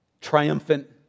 triumphant